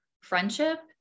friendship